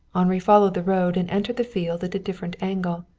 henri followed the road and entered the fields at a different angle.